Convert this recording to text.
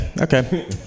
Okay